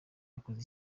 yakoze